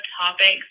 topics